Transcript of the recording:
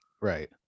Right